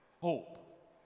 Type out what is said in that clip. hope